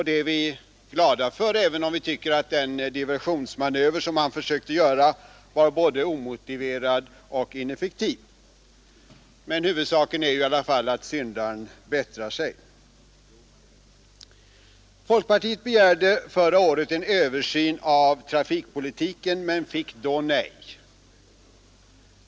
Det är vi glada för även om vi tycker att den diversionsmanöver som kommunikationsministern försökte göra var både omotiverad och ineffektiv. Men huvudsaken är i alla fall att syndaren bättrar sig. Folkpartiet begärde förra året en översyn av trafikpolitiken men fick då nej.